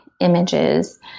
images